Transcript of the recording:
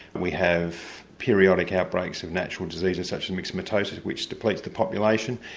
we have periodic outbreaks of natural diseases such as myxomatosis which depletes the population,